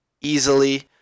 easily